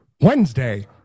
Wednesday